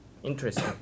Interesting